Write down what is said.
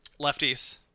lefties